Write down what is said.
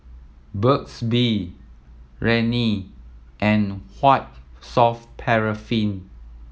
Burt's Bee Rene and White Soft Paraffin